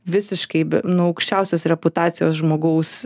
visiškai nu aukščiausios reputacijos žmogaus